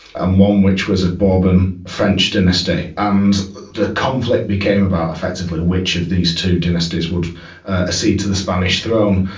and one which was the like bourbon french dynasty. and the conflict became about effectively which of these two dynasties would accede to the spanish throne.